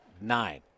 nine